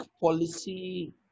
policy